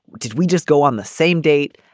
did we just go on the same date.